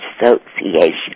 Association